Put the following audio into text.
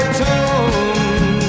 tune